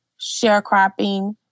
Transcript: sharecropping